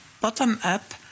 bottom-up